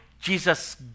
Jesus